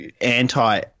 anti